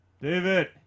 David